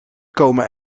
komen